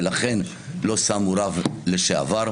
ולכן לא שמו רב לשעבר.